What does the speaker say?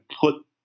put